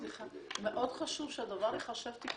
חשוב מאוד שהדבר ייחשב תיקוף,